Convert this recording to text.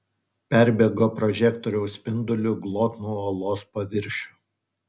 perbėgo prožektoriaus spinduliu glotnų uolos paviršių